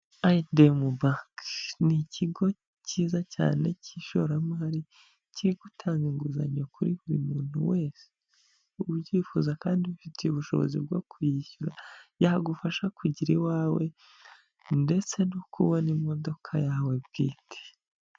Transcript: Ayi endi emu banke, ni ikigo cyiza cyane cy'ishoramari, kiri gutanga inguzanyo kuri buri muntu wese ubyifuza, kandi ubifitiye ubushobozi bwo kuyishyura, yagufasha kugira iwawe ndetse no kubona imodoka yawe bwite.